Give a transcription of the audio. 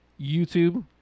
YouTube